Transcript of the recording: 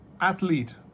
athlete